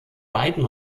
beiden